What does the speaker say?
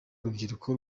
urubyiruko